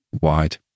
wide